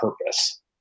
purpose